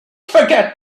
forget